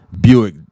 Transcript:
Buick